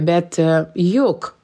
bet juk